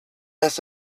has